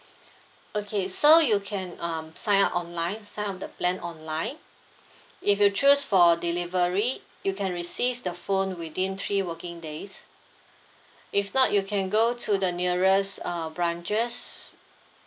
okay so you can um sign up online sign up the plan online if you choose for delivery you can receive the phone within three working days if not you can go to the nearest err branches